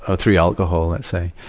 ah through alcohol, i'd say.